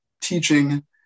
teaching